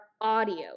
audio